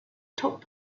top